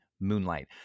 Moonlight